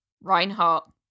Reinhardt